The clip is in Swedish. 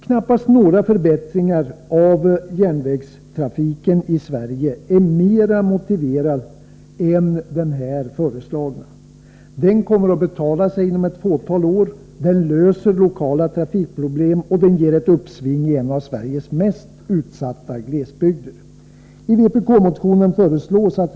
Knappast någon förbättring av järnvägstrafiken i Sverige är mera motiverad än den här föreslagna. Den kommer att betala sig inom ett fåtal år. Den löser lokala trafikproblem och ger ett uppsving i en av Sveriges mest utsatta glesbygder.